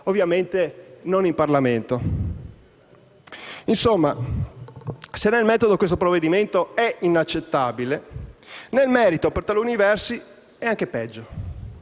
(ovviamente non in Parlamento). Insomma, se nel metodo questo provvedimento è inaccettabile, nel merito per taluni versi è anche peggiore.